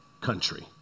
country